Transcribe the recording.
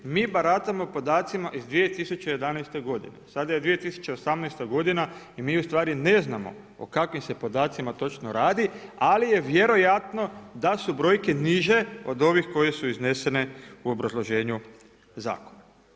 Mi baratamo podacima iz 2011. godine, sada je 2018. godina i mi ustvari ne znamo o kakvim se podacima točno radi ali je vjerojatno da su brojke niže od ovih koje su iznesene u obrazloženju zakona.